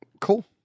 Cool